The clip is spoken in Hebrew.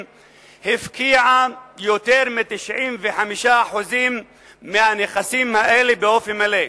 הפקיעה יותר מ-95% מהנכסים האלה באופן מלא,